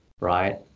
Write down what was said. Right